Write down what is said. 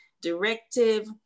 directive